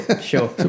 sure